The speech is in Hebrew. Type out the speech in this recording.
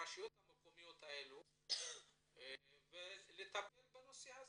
לרשויות המקומיות האלה כדי שיטפלו בנושא.